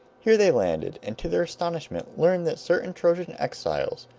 here they landed, and to their astonishment learned that certain trojan exiles,